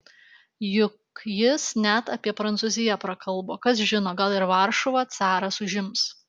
juk jis net apie prancūziją prakalbo kas žino gal ir varšuvą caras užims